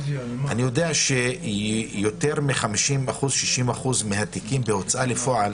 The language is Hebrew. אני יודע שיותר מ-60% מהתיקים בהוצאה לפועל